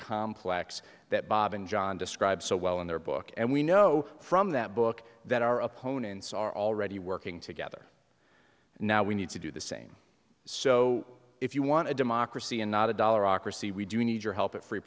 complex that bob and john describes so well in their book and we know from that book that our opponents are already working together now we need to do the same so if you want a democracy and not a dollar ocracy we do need your help at free